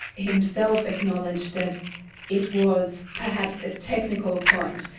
himself acknowledged that it was perhaps a technical point,